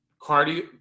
cardio